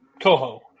Coho